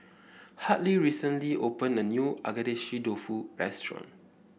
Hartley recently opened a new Agedashi Dofu restaurant